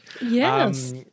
Yes